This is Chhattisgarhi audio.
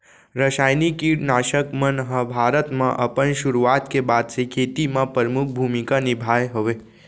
रासायनिक किट नाशक मन हा भारत मा अपन सुरुवात के बाद से खेती मा परमुख भूमिका निभाए हवे